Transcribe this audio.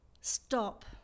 stop